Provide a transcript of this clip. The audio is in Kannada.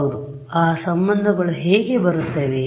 ಹೌದು ಆ ಸಂಬಂಧಗಳು ಹೇಗೆ ಬರುತ್ತವೆ